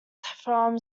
from